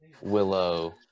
Willow